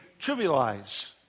trivialize